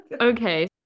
okay